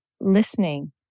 listening